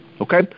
Okay